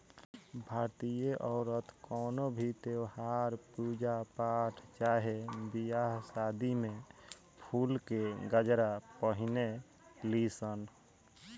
भारतीय औरत कवनो भी त्यौहार, पूजा पाठ चाहे बियाह शादी में फुल के गजरा पहिने ली सन